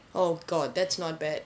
oh god that's not bad